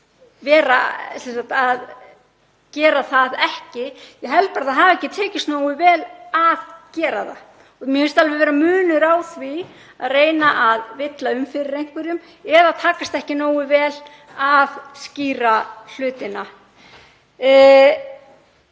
reyna að gera það ekki. Ég held bara að það hafi ekki tekist nógu vel að gera það. Mér finnst alveg vera munur á því að reyna að villa um fyrir einhverjum eða takast ekki nógu vel að skýra hlutina.